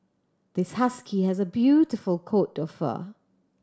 this husky has a beautiful coat of fur